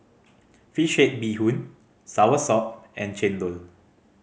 fish head bee hoon soursop and chendol